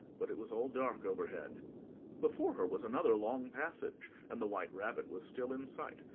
but it was all dark overhead before her was another long passage, and the white rabbit was still in sight,